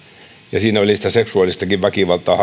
ja siinä elokuvassa harrastettiin sitä seksuaalistakin väkivaltaa